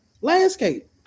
Landscape